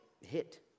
hit